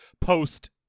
post